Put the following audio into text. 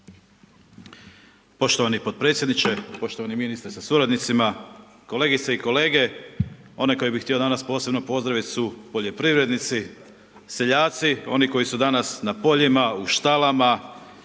Poštovani potpredsjedniče, poštovani ministre sa suradnicima, kolegice i kolege. One koje bih htio danas posebno pozdraviti su poljoprivrednici, seljaci, oni koji su danas na poljima, u štalama,